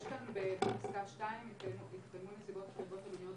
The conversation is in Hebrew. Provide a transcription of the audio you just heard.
יש כאן בפסקה (2) אצלנו: התקיימו נסיבות חריגות המנויות